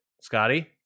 Scotty